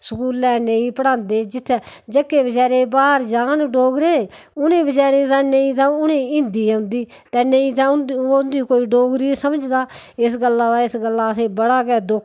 स्कूलें नेईं पढ़ांदे जित्थै जेह्के बचैरे बाह्र जान डोगरे उ'नें बचैरें नेईं ते हिन्दी औंदी ते नेईं ते कोई उं'दी डोगरी समझदा इस गल्ला दा असें बड़ा दुक्ख ऐ